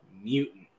mutant